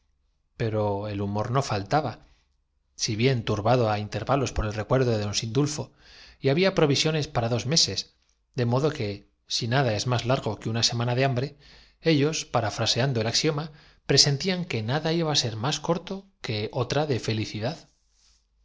pero el humor no faltaba si bien turbado á in alcanzó proporciones considerables pocos fueron los tervalos por el recuerdo de don sindulfo y había pro visiones para dos meses de modo que si nada es más que lograron dormitar dormir ninguno con la luz del alba repitiéronse las observaciones y como casi largo que una semana de hambre ellos parafraseando todos alcanzaban los mismos grados de inteligencia en el axioma presentían que nada iba á ser más corto mecánica las opiniones podían contarse por los indi que otra de felicidad